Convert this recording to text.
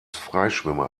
freischwimmer